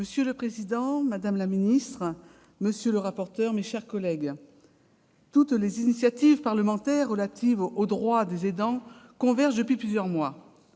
Monsieur le président, madame la secrétaire d'État, monsieur le rapporteur, mes chers collègues, toutes les initiatives parlementaires relatives aux droits des aidants convergent depuis plusieurs mois.